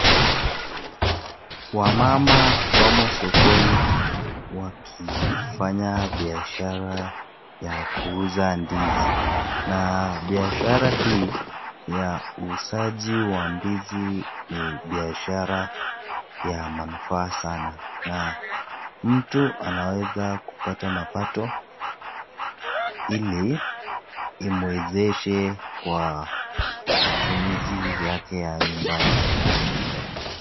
Wamama wamo sokoni wakifanya biashara ya kuuza ndizi na biashara hii ya uuzaji wa ndizi ni biashara ya manufaa sana na mtu anaweza kupata mapato ili imwezeshe kwa matumizi yake ya nyumbani.